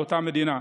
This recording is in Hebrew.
באותה מדינה.